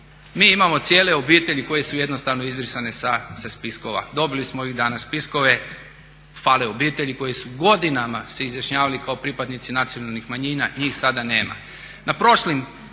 mi imamo cijele obitelji koje su jednostavno izbrisane sa spiskova. Dobili smo ovih dana spiskove, fale obitelji koje su godinama se izjašnjavali kao pripadnici nacionalnih manjina, njih sada nema.